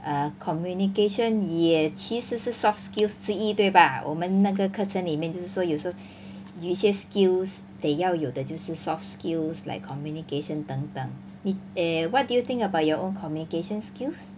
err communication 也其实是 soft skills 之一对吧我们那个课程里面就是说有时候有一些 skills 得要有的就是 soft skills like communication 等等 eh what do you think about your own communication skills